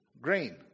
grain